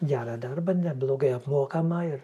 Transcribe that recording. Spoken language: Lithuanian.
gerą darbą neblogai apmokamą ir